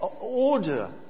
order